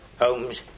Holmes